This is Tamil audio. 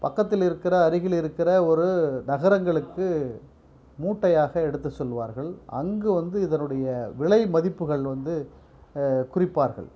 பக்கத்தில் இருக்கிற அருகில் இருக்கிற ஒரு நகரங்களுக்கு மூட்டையாக எடுத்து செல்வார்கள் அங்கு வந்து இதனுடைய விலைமதிப்புகள் வந்து குறைப்பார்கள்